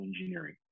engineering